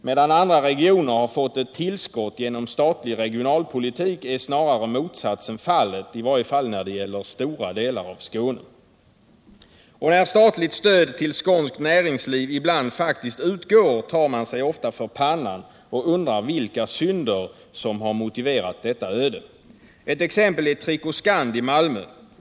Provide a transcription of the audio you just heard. Medan andra regioner har fått ett tillskott genom statlig regionalpolitik är snarare motsatsen fallet här, i varje fall när det gäller stora delar av Malmö. Och när statligt stöd till skånskt näringsliv ibland faktiskt utgår tar man sig ofta för pannan och undrar vilka synder som har motiverat detta öde. Ett exempel är Tricoscand i Malmö.